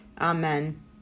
Amen